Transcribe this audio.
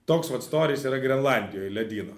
toks vat storis yra grenlandijoj ledyno